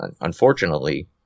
unfortunately